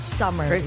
summer